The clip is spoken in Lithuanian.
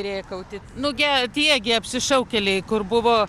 rėkauti nu ge tie gi apsišaukėliai kur buvo